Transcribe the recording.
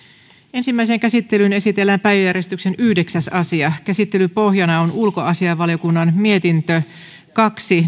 ensimmäiseen käsittelyyn esitellään päiväjärjestyksen yhdeksäs asia käsittelyn pohjana on ulkoasiainvaliokunnan mietintö kaksi